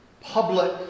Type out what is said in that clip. public